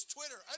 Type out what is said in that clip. Twitter